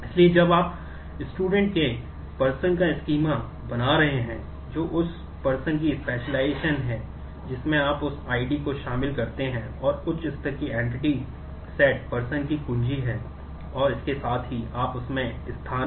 इसलिए जब आप छात्र के साथ होती है